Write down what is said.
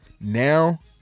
now